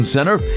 Center